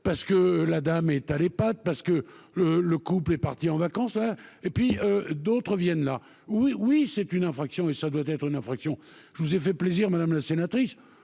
parce que la dame est as pattes parce que le, le couple est parti en vacances et puis d'autres viennent là où. Oui c'est une infraction et ça doit être une infraction. Je vous ai fait plaisir madame la sénatrice,